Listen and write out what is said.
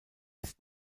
ist